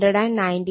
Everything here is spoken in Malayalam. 6 j 278